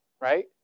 right